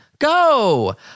Go